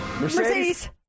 Mercedes